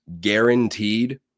guaranteed